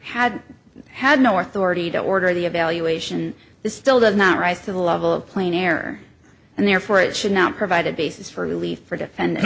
had had no authority to order the evaluation this still does not rise to the level of plain error and therefore it should not provide a basis for relief or defend